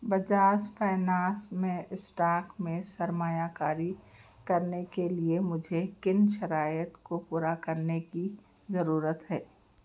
Bajaj finance میں stock میں سرمایہ کاری کرنے کے لیے مجھے کن شرائط کو پورا کرنے کی ضرورت ہے